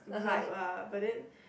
vibe ah but then